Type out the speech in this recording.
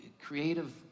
creative